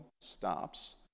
stops